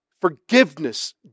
forgiveness